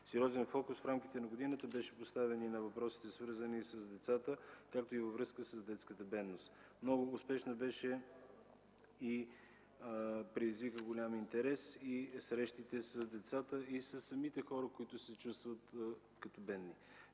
Сериозен фокус в рамките на годината беше поставен и на въпросите, свързани с децата, както и във връзка с детската бедност. Много успешни бяха и предизвикаха голям интерес срещите с децата и хората, които се чувстват бедни.